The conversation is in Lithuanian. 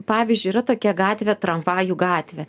pavyzdžiui yra tokia gatvė tramvajų gatvė